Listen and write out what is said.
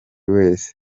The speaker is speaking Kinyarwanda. wese